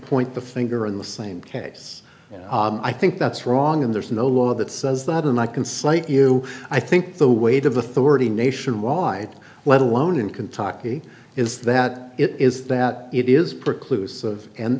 point the finger in the same case i think that's wrong and there's no law that says that unlike insight you i think the weight of authority nationwide let alone in kentucky is that it is that it is